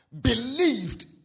believed